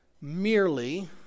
merely